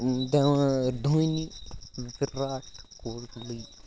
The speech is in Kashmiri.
دِوا دھونی وِراٹھ کوہلی